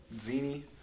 Zini